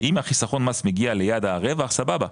אם החיסכון מס מגיע ליעד הרווח סבבה,